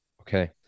okay